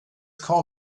call